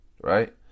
right